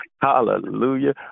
hallelujah